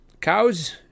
Cows